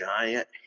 giant